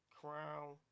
Crown